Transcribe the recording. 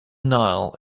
nile